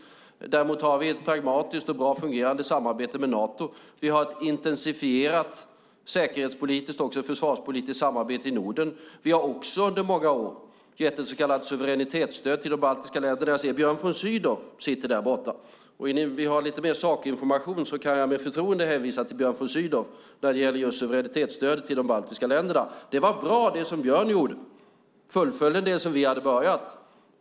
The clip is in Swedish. Däremot har vi ett pragmatiskt och väl fungerande samarbete med Nato, och vi har ett intensifierat säkerhetspolitiskt och också försvarspolitiskt samarbete i Norden. Vi har under många år även gett ett så kallat suveränitetsstöd till de baltiska länderna. Jag ser att Björn von Sydow är närvarande i kammaren. Om ni vill ha lite mer sakinformation kan jag med förtroende hänvisa till Björn von Sydow när det gäller just suveränitetsstödet till de baltiska länderna. Det som Björn von Sydow gjorde var bra, nämligen att fullfölja det som vi hade påbörjat.